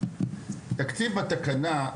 התקציב בתקנה,